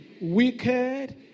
wicked